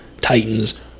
Titans